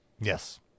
Yes